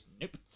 Nope